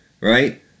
right